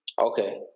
Okay